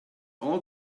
all